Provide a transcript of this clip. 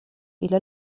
إلى